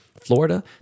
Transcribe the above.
Florida